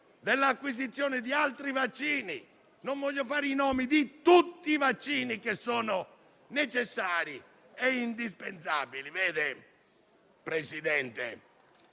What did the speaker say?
dell'acquisizione di altri vaccini - non voglio fare nomi, dico tutti i vaccini - che sono necessari e indispensabili.